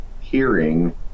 hearing